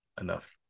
enough